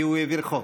כי הוא העביר חוק.